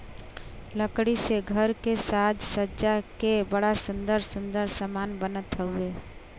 लकड़ी से घर के साज सज्जा के बड़ा सुंदर सुंदर समान बनत हउवे